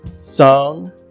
song